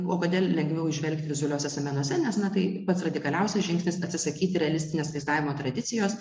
o kodėl lengviau įžvelgti vizualiuosiuose menuose nes na tai pats radikaliausias žingsnis atsisakyti realistinės vaizdavimo tradicijos